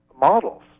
models